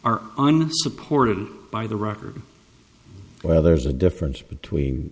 are unsupported by the record where there's a difference between